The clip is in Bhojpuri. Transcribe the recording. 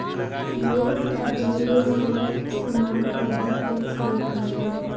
लोग आपनी रोजमर्रा के सामान पअ भी टेक्स देत बाटे